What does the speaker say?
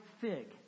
fig